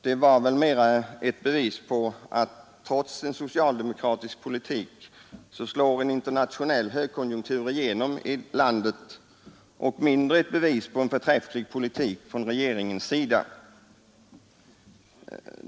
Den var mera ett bevis på att trots en socialdem okratisk politik här hemma slår en internationell högkonjunktur igenom i landet och mindre ett bevis på en förträfflig politik från regeringens sida.